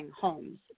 homes